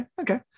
okay